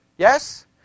Yes